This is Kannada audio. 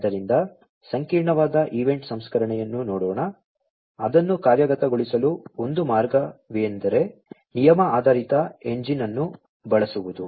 ಆದ್ದರಿಂದ ಸಂಕೀರ್ಣವಾದ ಈವೆಂಟ್ ಸಂಸ್ಕರಣೆಯನ್ನು ನೋಡೋಣ ಅದನ್ನು ಕಾರ್ಯಗತಗೊಳಿಸಲು ಒಂದು ಮಾರ್ಗವೆಂದರೆ ನಿಯಮ ಆಧಾರಿತ ಎಂಜಿನ್ ಅನ್ನು ಬಳಸುವುದು